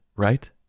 Right